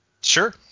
Sure